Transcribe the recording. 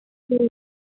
ठीक